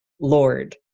Lord